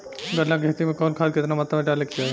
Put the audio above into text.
गन्ना के खेती में कवन खाद केतना मात्रा में डाले के चाही?